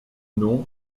nom